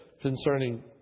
concerning